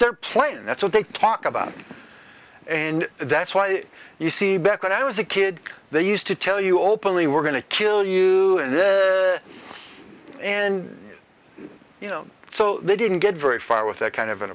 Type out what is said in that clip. their plan that's what they talk about and that's why you see back when i was a kid they used to tell you openly we're going to kill you and you know so they didn't get very far with that kind of an